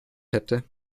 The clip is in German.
hätte